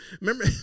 remember